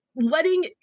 letting